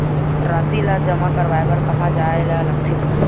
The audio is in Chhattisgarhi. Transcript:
राशि ला जमा करवाय बर कहां जाए ला लगथे